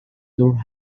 door